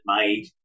made